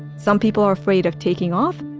some people are afraid of taking off.